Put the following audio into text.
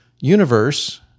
universe